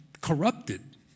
corrupted